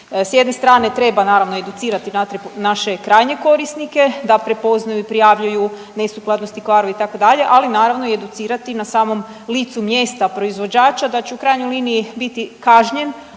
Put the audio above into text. S jedne strane treba naravno educirati naše krajnje korisnike da prepoznaju prijavljuju nesukladnosti kvarove i tako dalje ali naravno educirati na samom licu mjesta proizvođača da će u krajnjoj liniji biti kažnjen